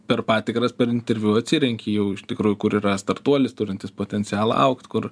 per patikras per interviu atsirenki jau iš tikrųjų kur yra startuolis turintis potencialo augt kur